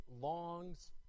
longs